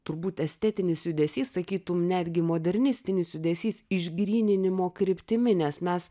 turbūt estetinis judesys sakytum netgi modernistinis judesys išgryninimo kryptimi nes mes